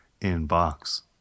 In-box